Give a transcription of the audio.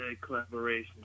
collaboration